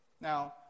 Now